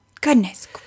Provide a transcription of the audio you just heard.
Goodness